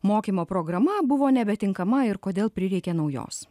mokymo programa buvo nebetinkama ir kodėl prireikė naujos